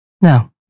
No